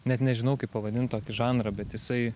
net nežinau kaip pavadint tokį žanrą bet jisai